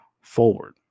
forward